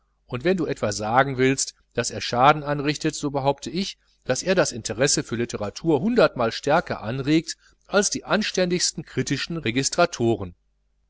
und wenn du etwa sagen willst daß er schaden anrichtet so behaupte ich daß er das interesse für litteratur hundertmal stärker anregt als die anständigsten kritischen registratoren